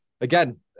again